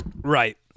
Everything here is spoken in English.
right